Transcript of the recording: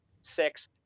six